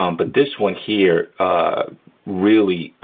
um but this one here really,